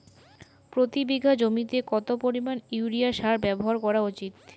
প্রতি বিঘা জমিতে কত পরিমাণ ইউরিয়া সার ব্যবহার করা উচিৎ?